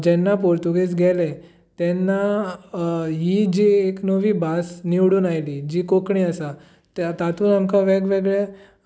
जेन्ना पुर्तूगीज गेले तेन्ना ही जी एक नवी भास निवडून आयली जी कोंकणी आसा ते तातूंत आमकां वेगवेगळे